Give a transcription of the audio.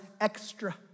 extra